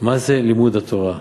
מה זה לימוד התורה.